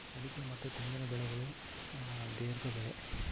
ಅಡಿಕೆ ಮತ್ತ ತೆಂಗಿನ ಬೆಳೆಗಳು ದೇರ್ಘ ಬೆಳೆ